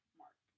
mark